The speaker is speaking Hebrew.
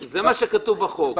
זה מה שכתוב בחוק,